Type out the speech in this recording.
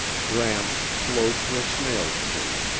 gramps slowed to a snail's pace,